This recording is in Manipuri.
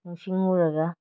ꯅꯤꯡꯁꯤꯡꯂꯨꯔꯒ